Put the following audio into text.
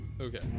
Okay